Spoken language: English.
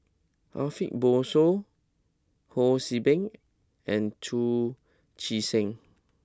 Ariff Bongso Ho See Beng and Chu Chee Seng